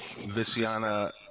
Visiana